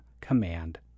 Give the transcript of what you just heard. command